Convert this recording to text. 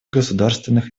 государственных